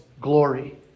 glory